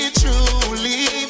truly